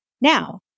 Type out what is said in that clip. Now